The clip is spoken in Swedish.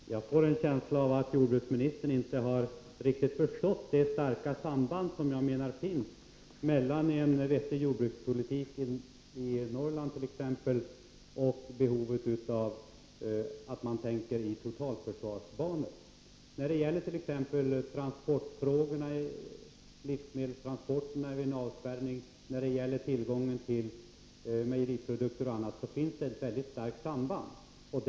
Herr talman! Jag får en känsla av att jordbruksministern inte riktigt har förstått det starka samband som jag menar finns mellan en vettig jordbrukspolitik i Norrland t.ex. och behovet av att tänka i totalförsvarsbanor. När det t.ex. gäller livsmedelstransporter vid en avspärrning, när det gäller tillgången till mejeriprodukter och annat finns det ett mycket starkt samband mellan jordbrukspolitik och totalförsvarsplanering.